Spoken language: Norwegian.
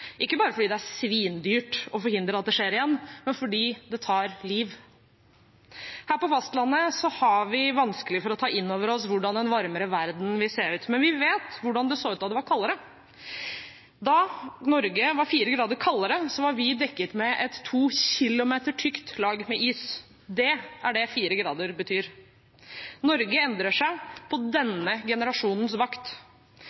ikke bare fordi det er svindyrt å forhindre at det skjer igjen, men fordi det tar liv. Her på fastlandet har vi vanskelig for å ta inn over oss hvordan en varmere verden vil se ut. Men vi vet hvordan det så ut da det var kaldere. Da Norge var fire grader kaldere, var vi dekket av et to kilometer tykt lag med is. Det er det fire grader betyr. Norge endrer seg på